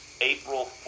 April